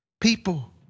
people